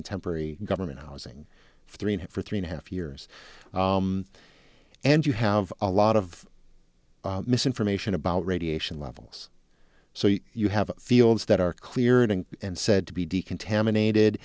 in temporary government housing three in for three and a half years and you have a lot of misinformation about radiation levels so you have fields that are clearing and said to be decontaminated